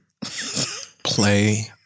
Play